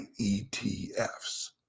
ETFs